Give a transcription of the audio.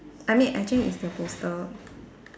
I mean actually it's the poster